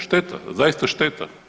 Šteta, zaista šteta.